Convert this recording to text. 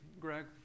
Greg